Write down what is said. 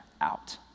out